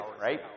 right